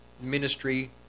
Ministry